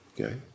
Okay